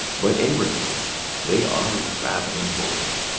but inwardly they are ravening wolves.